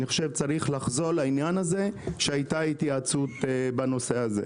אני חושב שצריך לחזור לעניין הזה שהייתה התייעצות בנושא הזה.